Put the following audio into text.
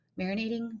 marinating